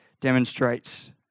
demonstrates